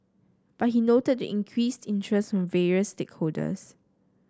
but he noted the increased interest from various stakeholders